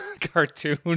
cartoon